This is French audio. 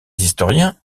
historiens